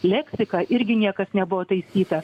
leksiką irgi niekas nebuvo taisyta